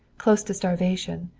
close to starvation,